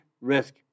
risk